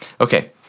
Okay